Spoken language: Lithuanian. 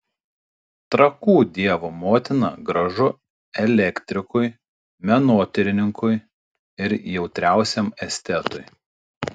trakų dievo motina gražu elektrikui menotyrininkui ir jautriausiam estetui